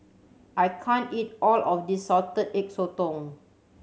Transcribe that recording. I can't eat all of this Salted Egg Sotong